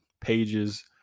pages